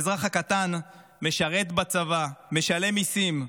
האזרח הקטן משרת בצבא, משלם מיסים,